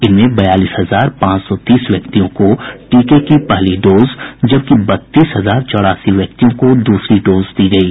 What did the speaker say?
इनमें बयालीस हजार पांच सौ तीस व्यक्तियों को टीके की पहली डोज जबकि बत्तीस हजार चौरासी व्यक्तियों को दूसरी डोज दी गयी